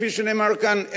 כפי שנאמר כאן,